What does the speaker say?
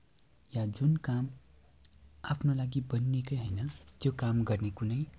या जुन काम आफ्नो लागि बनिएकै होइन त्यो काम गर्ने कुनै